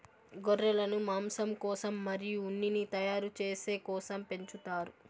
గొర్రెలను మాంసం కోసం మరియు ఉన్నిని తయారు చేసే కోసం పెంచుతారు